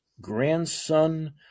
grandson